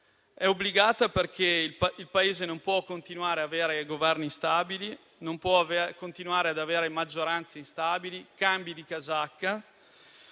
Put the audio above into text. obbligata, perché il Paese non può continuare ad avere Governi instabili, non può aver continuare ad avere maggioranze instabili e cambi di casacca.